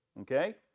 Okay